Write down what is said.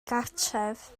gartref